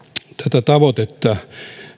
tätä tavoitetta